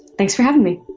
thanks for having me.